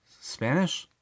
Spanish